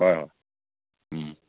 হয়